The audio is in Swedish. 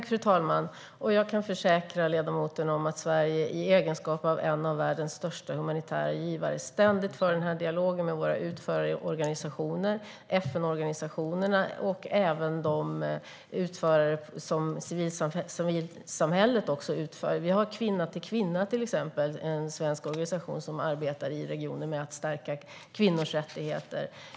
Fru talman! Jag kan försäkra ledamoten om att Sverige i egenskap av en av världens största humanitära givare ständigt för den här dialogen med våra utförarorganisationer, FN-organisationerna och civilsamhällets utförare. Vi har till exempel Kvinna till kvinna, en svensk organisation som arbetar i regionen med att stärka kvinnors rättigheter.